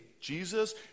Jesus